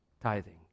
tithing